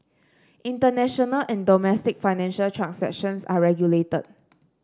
international and domestic financial transactions are regulated